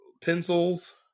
pencils